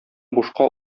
бушка